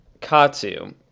Katsu